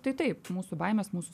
tai taip mūsų baimės mūsų